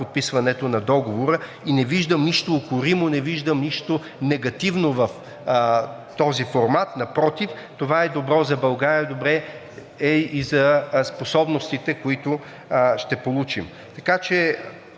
подписването на договора и не виждам нищо укоримо, не виждам нищо негативно в този формат. Напротив, това е добро за България, добре е и за способностите, които ще получим.